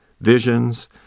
visions